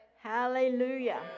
Hallelujah